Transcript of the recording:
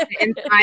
inside